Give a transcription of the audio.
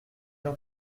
dans